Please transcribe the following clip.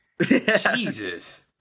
Jesus